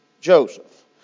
Joseph